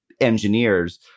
engineers